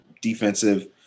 defensive